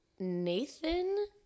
Nathan